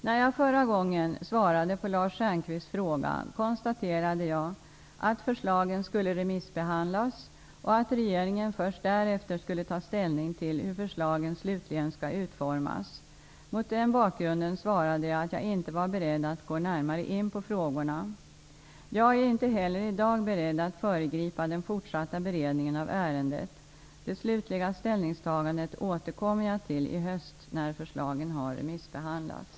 När jag förra gången svarade på Lars Stjernkvists fråga konstaterade jag att förslagen skulle remissbehandlas och att regeringen först därefter skulle ta ställning till hur förslagen slutligen skall utformas. Mot den bakgrunden svarade jag att jag inte var beredd att gå närmare in på frågorna. Jag är inte heller i dag beredd att föregripa den fortsatta beredningen av ärendet. Det slutliga ställningstagandet återkommer jag till i höst när förslagen har remissbehandlats.